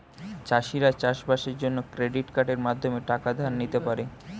চাষিরা চাষবাসের জন্য ক্রেডিট কার্ডের মাধ্যমে টাকা ধার নিতে পারে